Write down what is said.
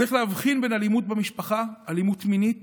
צריך להבחין בין אלימות במשפחה ואלימות מינית